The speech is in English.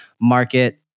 market